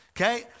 Okay